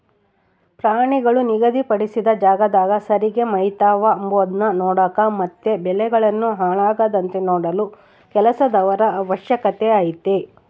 ಪ್ರಾಣಿಗಳು ನಿಗಧಿ ಪಡಿಸಿದ ಜಾಗದಾಗ ಸರಿಗೆ ಮೆಯ್ತವ ಅಂಬದ್ನ ನೋಡಕ ಮತ್ತೆ ಬೆಳೆಗಳನ್ನು ಹಾಳಾಗದಂತೆ ನೋಡಲು ಕೆಲಸದವರ ಅವಶ್ಯಕತೆ ಐತೆ